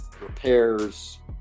repairs